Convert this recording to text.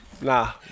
Nah